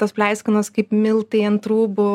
tos pleiskanos kaip miltai ant rūbų